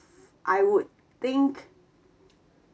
I would think